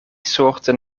soorten